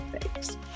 Thanks